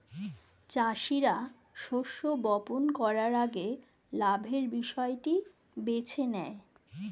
চাষীরা শস্য বপন করার আগে লাভের বিষয়টি বেছে নেয়